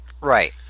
Right